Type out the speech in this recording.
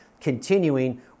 continuing